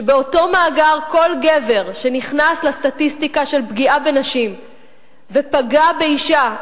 שבאותו מאגר כל גבר שנכנס לסטטיסטיקה של פגיעה בנשים ופגע באשה,